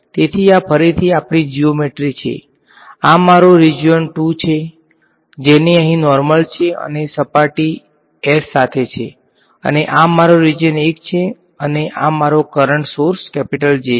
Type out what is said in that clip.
તેથી આ ફરીથી આપણી જીયોમેટ્રી છે આ મારો રીજીયન 2 છે જેને અહીં નોર્મલ છે અને સપાટી S સાથે છે અને આ મારો રીજીયન 1 છે અને આ મારો કરંટ સોર્સ J છે